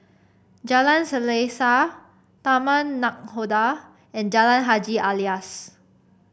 Jalan Selaseh Taman Nakhoda and Jalan Haji Alias